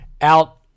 out